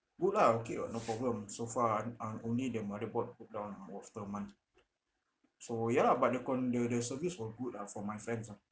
good ah okay [what] no problem so far ah ah only the motherboard broke down ah after one month so ya lah but the con~ the the service was good ah for my friends lah